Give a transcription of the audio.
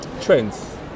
trends